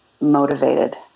motivated